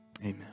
Amen